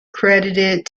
credited